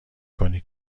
کنی